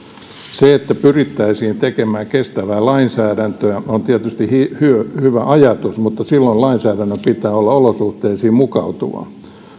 se että pyrittäisiin tekemään kestävää lainsäädäntöä on tietysti hyvä hyvä ajatus mutta silloin lainsäädännön pitää olla olosuhteisiin mukautuvaa